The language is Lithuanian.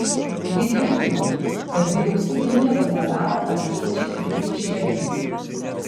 ji tvirtino kad vyriausybė nieko nedaro artėjančiai krizei švelninti